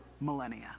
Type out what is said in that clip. millennia